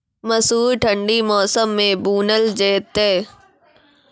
मसूर ठंडी मौसम मे बूनल जेतै?